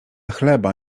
chleba